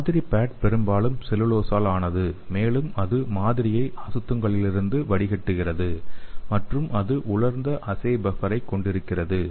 மாதிரி பேட் பெரும்பாலும் செல்லுலோஸால் ஆனது மேலும் அது மாதிரியை அசுத்தங்களிலிருந்து வடிகட்டுகிறது மற்றும் அது உலர்ந்த அஸ்ஸே பஃப்பரை கொண்டிருக்கிறது